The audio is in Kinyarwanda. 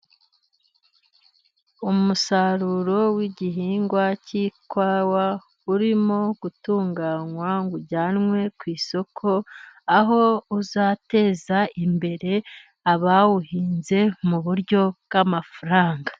Umusaruro w' igihingwa cy'ikwawa urimo gutunganywa ujyanwe ku isoko, aho uzateza imbere abawuhinze mu buryo bw'amafaranga.